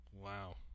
Wow